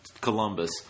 columbus